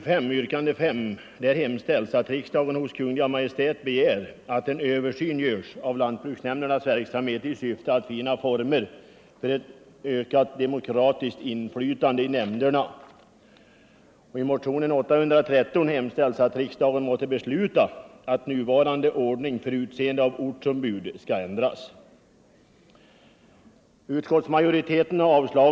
Däremot är vi inte eniga beträffande motionen 125, yrkande 5, och motionen 813.